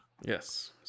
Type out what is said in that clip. Yes